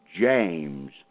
James